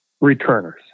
returners